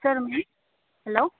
सोरमोन हेल'